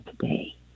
today